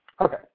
Okay